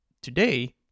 today